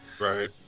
Right